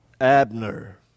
Abner